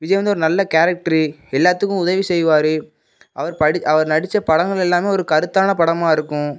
விஜய் வந்து ஒரு நல்ல கேரக்ட்ரு எல்லாத்துக்கும் உதவி செய்வார் அவர் படி அவர் நடிச்ச படங்கள் எல்லாமே ஒரு கருத்தான படமாக இருக்கும்